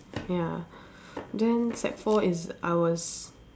ya then sec four is I was